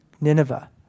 Nineveh